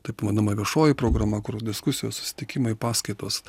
taip vadinama viešoji programa kur diskusijos susitikimai paskaitos